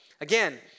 Again